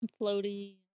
floaty